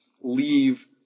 leave